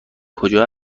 کجا